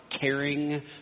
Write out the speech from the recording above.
caring